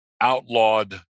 outlawed